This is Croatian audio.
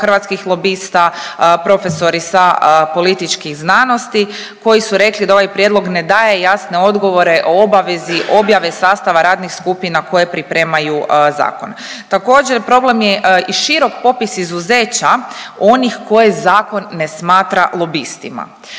hrvatskih lobista, profesori sa političkih znanosti koji su rekli da ovaj prijedlog ne daje jasne odgovore o obavezi objave sastava radnih skupina koje pripremaju zakon. Također, problem je i širok popis izuzeća onih koje zakon ne smatra lobistima.